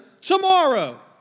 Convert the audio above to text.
tomorrow